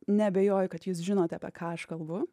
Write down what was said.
neabejoju kad jūs žinot apie ką aš kalbu